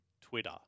Twitter